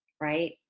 right